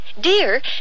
Dear